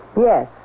Yes